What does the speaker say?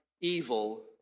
evil